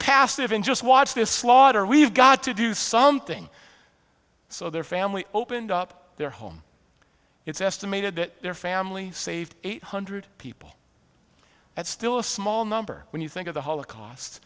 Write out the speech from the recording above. passive and just watch this slaughter we've got to do something so their family opened up their home it's estimated that their family saved eight hundred people that's still a small number when you think of the holocaust